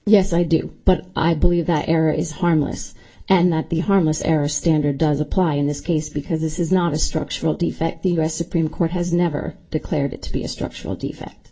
yes i do but i believe that error is harmless and that the harmless error standard does apply in this case because this is not a structural defect the u s supreme court has never declared it to be a structural defect